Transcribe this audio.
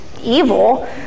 evil